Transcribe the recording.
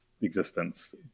existence